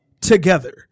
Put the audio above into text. together